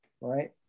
right